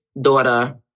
daughter